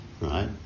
right